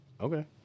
Okay